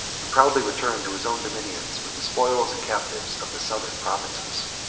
and proudly returned to his own dominions, with the spoils and captives of the southern provinces.